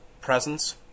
presence